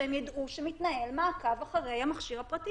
שהם ידעו שמתנהל מעקב אחרי המכשיר הפרטי